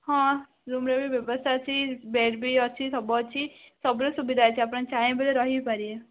ହଁ ରୁମରେ ବି ବ୍ୟବସ୍ଥା ଅଛି ବେଡ଼୍ ବି ଅଛି ସବୁ ଅଛି ସବୁର ସୁବିଧା ଅଛି ଆପଣ ଯଦି ଚାହିଁବେ ତ ରହି ବି ପାରିବେ